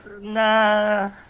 nah